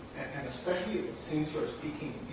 and especially it's seen sort of speaking